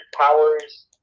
powers